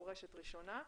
מפורשת ראשונה.